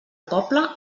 poble